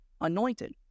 anointed